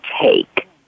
take